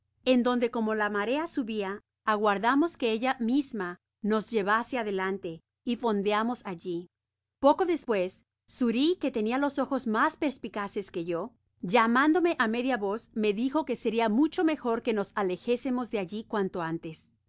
en donde como la marea subia aguardamos que ella misma nos llevase adelante y fondeamos alli poco despues xuri que tenia los ojos mas perspicaces que yo llamándome á media voz me dijo que seria mucho mejor que nos alejásemos de alli cuanto antes